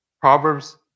Proverbs